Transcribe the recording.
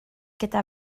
gyda